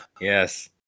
Yes